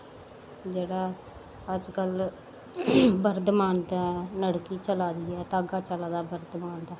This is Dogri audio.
जेह्ड़ा अजकल बर्धमान नलकी चला दी ऐ धागा चला दा ऐ बर्धमान दा